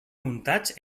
muntats